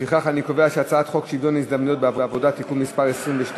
לפיכך אני קובע שהצעת חוק שוויון ההזדמנויות בעבודה (תיקון מס' 22)